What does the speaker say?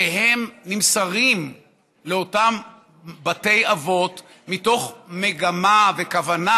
והם נמסרים לאותם בתי אבות מתוך מגמה וכוונה,